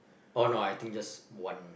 oh no I think just one